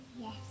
Yes